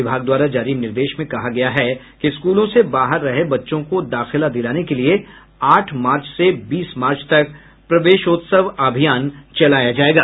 विभाग द्वारा जारी निर्देश में कहा गया है कि स्कूलों से बाहर रहे बच्चों को दाखिला दिलाने के लिये आठ मार्च से बीस मार्च तक प्रवेशोत्सव अभियान चलाया जायेगा